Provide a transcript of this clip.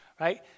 Right